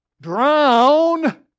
drown